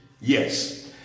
Yes